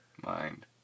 mind